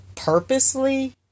purposely